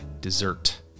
dessert